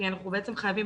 כי אנחנו בעצם חייבים